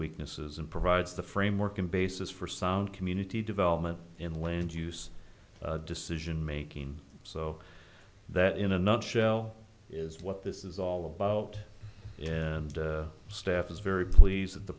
weaknesses and provides the framework and basis for sound community development in land use decision making so that in a nutshell is what this is all about and staff is very pleased that the